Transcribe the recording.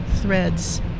threads